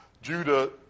Judah